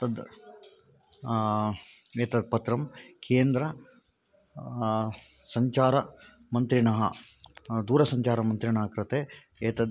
तद् एतत् पत्रं केन्द्र सञ्चारमन्त्रिणः दूरसञ्चारमन्त्रिणा कृते एतद्